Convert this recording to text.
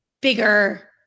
bigger